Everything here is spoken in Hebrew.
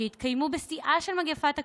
שהתקיימו בשיאה של מגפת הקורונה,